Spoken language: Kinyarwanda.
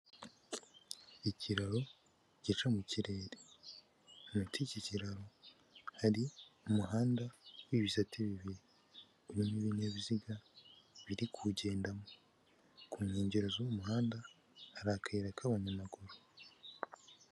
Ikiraro gica mu kirere munsi yiki kiraro hari umuhanda w'ibisate bibiri, urimo ibinyabiziga biri kugendamo ku nkengero z'uyu muhanda hari akayira k'abanyamaguru.